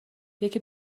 یکی